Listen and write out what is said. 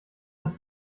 dass